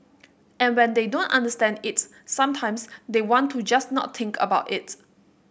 and when they don't understand it sometimes they want to just not think about it